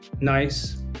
nice